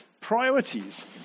Priorities